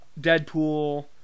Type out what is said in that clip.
Deadpool